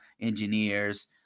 engineers